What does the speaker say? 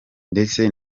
ndetse